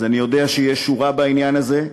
אז אני יודע שיש שורה בעניין הזה,